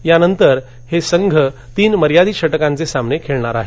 यानंतर हे संघ तीन मर्यादित षटकांचे सामने खेळणार आहेत